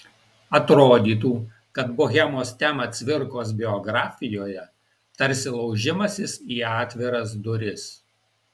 atrodytų kad bohemos tema cvirkos biografijoje tarsi laužimasis į atviras duris